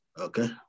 Okay